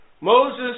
Moses